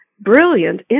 brilliant